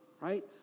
Right